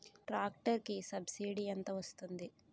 Tractor కి subsidy ఎంత వస్తుంది?